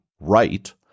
right